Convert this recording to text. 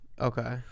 Okay